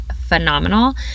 phenomenal